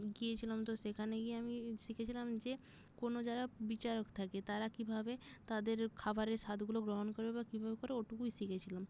গিয়েছিলাম তো সেখানে গিয়ে আমি শিখেছিলাম যে কোনো যারা বিচারক থাকে তারা কীভাবে তাদের খাবারের স্বাদগুলো গ্রহণ করে বা কীভাবে করে ওটুকুই শিখেছিলাম